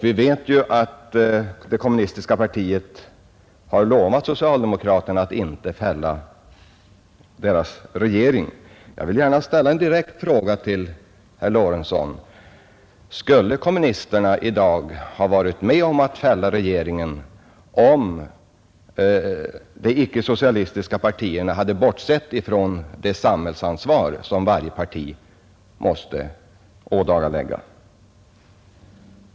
Vi vet ju att det kommunistiska partiet har lovat socialdemokraterna att inte fälla deras regering. Jag vill gärna ställa en direkt fråga till herr Lorentzon: Skulle kommunisterna i dag ha varit med om att fälla regeringen om de icke socialistiska partierna hade bortsett från det samhällsansvar som varje parti måste ådagalägga?